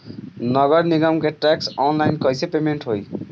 नगर निगम के टैक्स ऑनलाइन कईसे पेमेंट होई?